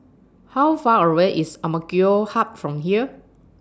How Far away IS Hub from here